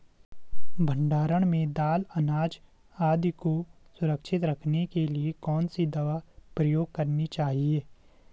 भण्डारण में दाल अनाज आदि को सुरक्षित रखने के लिए कौन सी दवा प्रयोग करनी चाहिए?